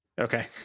Okay